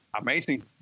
amazing